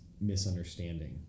misunderstanding